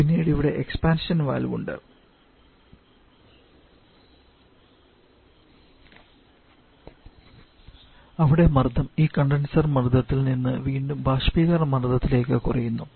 പിന്നീട് ഇവിടെ expansion valve ഉണ്ട് അവിടെ മർദ്ദം ഈ കണ്ടൻസർ മർദ്ദത്തിൽ നിന്ന് വീണ്ടും ബാഷ്പീകരണ മർദ്ദത്തിലേക്ക് കുറയുന്നു